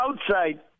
outside